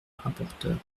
rapporteure